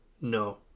No